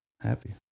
happy